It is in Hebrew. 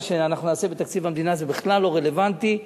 מה שאנחנו נעשה בתקציב המדינה זה בכלל לא רלוונטי.